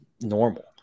normal